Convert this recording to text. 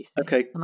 Okay